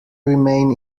remain